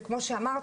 זה כמו שאמרתי,